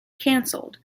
cancelled